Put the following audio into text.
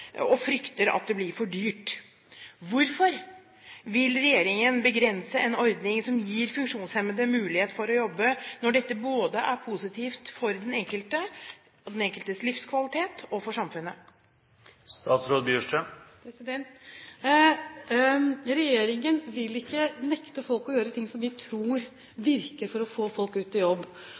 og frykter at det blir for dyrt. Hvorfor vil regjeringen begrense en ordning som gir funksjonshemmede mulighet for å jobbe, når dette både er positivt for den enkelte, den enkeltes livskvalitet og for samfunnet? Regjeringen vil ikke nekte folk å gjøre ting som vi tror virker for å få folk ut i jobb.